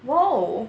!whoa!